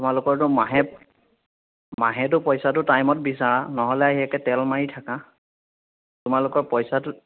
তোমালোকৰটো মাহে মাহেটো পইচাটো টাইমত বিচাৰা নহ'লে আহি একে তেল মাৰি থাকা তোমালোকৰ পইচাটো